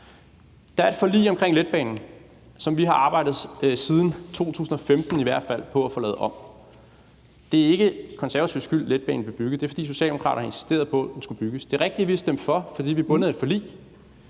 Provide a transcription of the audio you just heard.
Der er et forlig omkring letbanen, som vi har arbejdet i hvert fald siden 2015 på at få lavet om. Det er ikke Konservatives skyld, at letbanen blev bygget. Det var, fordi Socialdemokraterne insisterede på, at den skulle bygges. Det er rigtigt, at vi stemte for, fordi vi er bundet af et forlig,